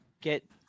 get